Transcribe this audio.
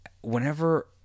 whenever